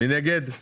מי נגד?